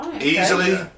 Easily